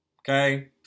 Okay